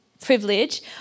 privilege